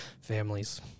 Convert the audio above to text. families